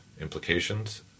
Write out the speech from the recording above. implications